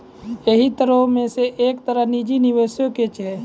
यहि तरहो मे से एक तरह निजी निबेशो के छै